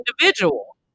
individual